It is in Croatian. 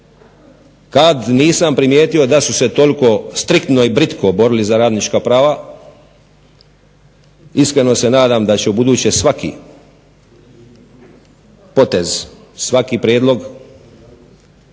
kad nisam primijetio da su se toliko striktno i britko borili za radnička prava iskreno se nadam da će u buduće svaki potez, svaki prijedlog